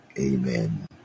Amen